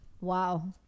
wow